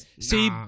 See